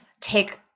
take